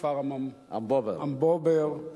הכפר אמבובר.